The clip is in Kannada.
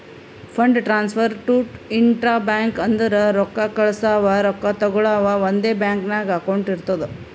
fund transfer to intra bank ಅಂದುರ್ ರೊಕ್ಕಾ ಕಳ್ಸವಾ ರೊಕ್ಕಾ ತಗೊಳವ್ ಒಂದೇ ಬ್ಯಾಂಕ್ ನಾಗ್ ಅಕೌಂಟ್ ಇರ್ತುದ್